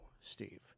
Steve